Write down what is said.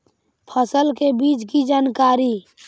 फसल के बीज की जानकारी?